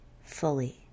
fully